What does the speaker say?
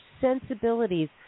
sensibilities